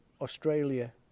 Australia